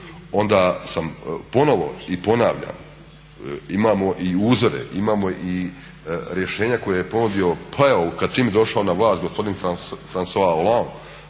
onda sam ponovno i ponavljam imamo i uzore, imamo i rješenja koja je ponudio pa evo čim je došao na vlast gospodin Francois Hollande,